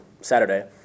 Saturday